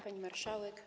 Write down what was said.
Pani Marszałek!